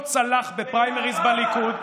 לא צלח את הפריימריז בליכוד,